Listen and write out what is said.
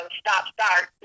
stop-start